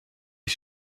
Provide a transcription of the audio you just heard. est